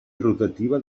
rotativa